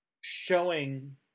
showing